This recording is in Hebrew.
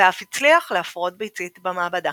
ואף הצליח להפרות ביצית במעבדה.